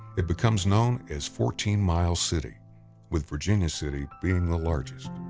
it becomes known as fourteen mile city with virginia city being the largest.